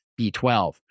B12